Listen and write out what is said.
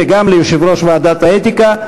וגם ליושב-ראש ועדת האתיקה.